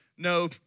No